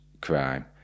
crime